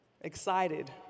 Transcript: excited